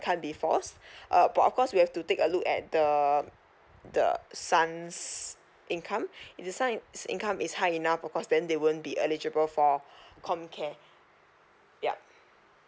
can't be forced uh but of course we have to take a look at the the son's if the son's income is income is high enough then of course they won't be eligible for com care yup